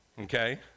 okay